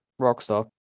Rockstar